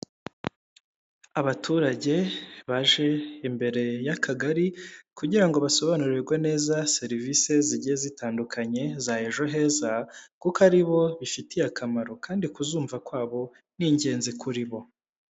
Abaturage baje imbere y'akagari, kugira ngo basobanurirwe neza serivisi zigiye zitandukanye za ejo heza, kuko ari bo bifitiye akamaro kandi kuzumva kwabo ni ingenzi kuri bo.